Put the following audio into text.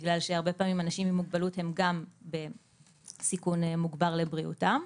בגלל שהרבה פעמים אנשים עם מוגבלות הם בסיכון מוגבר לבריאותם.